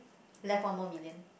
left one more million